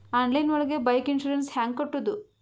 Online ಒಳಗೆ bike insurance ಹ್ಯಾಂಗ್ ಕಟ್ಟುದು?